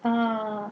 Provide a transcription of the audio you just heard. uh